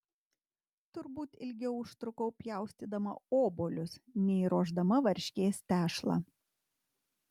turbūt ilgiau užtrukau pjaustydama obuolius nei ruošdama varškės tešlą